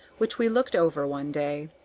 which we looked over one day.